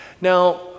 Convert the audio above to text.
Now